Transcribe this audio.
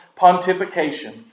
pontification